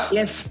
yes